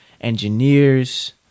engineers